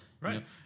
Right